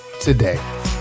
today